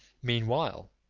meanwhile,